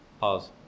Pause